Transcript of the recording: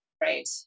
Right